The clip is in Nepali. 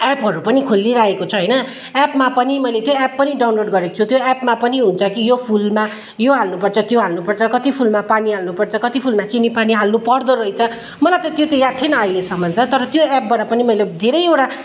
एपहरू पनि खोलिरहेको छ होइन एपमा पनि मैले त्यो एप पनि डाउनलोड गरेको छु त्यो एपमा पनि हुन्छ कि यो फुलमा यो हाल्नुपर्छ त्यो हाल्नुपर्छ कति फुलमा पानी हाल्नुपर्छ कति फुलमा चिनी पानी हाल्नु पर्दोरहेछ मलाई त त्यो त याद थिएन अहिलेसम्म तर त्यो एपबाट पनि मैले धेरैवटा